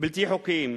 בלתי חוקיים.